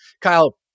Kyle